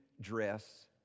dress